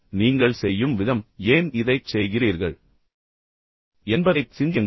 எனவே நீங்கள் செய்யும் விதம் மற்றும் ஏன் இதைச் செய்கிறீர்கள் என்பதைப் பற்றி சிந்தியுங்கள்